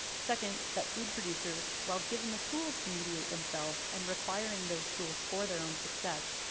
second, that food producers, while given the tools to mediate themselves, and requiring those tools for their own success,